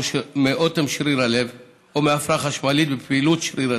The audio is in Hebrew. מאוטם שריר הלב או מהפרעה חשמלית בפעילות שריר הלב.